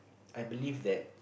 I believe that